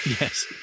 yes